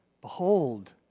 Behold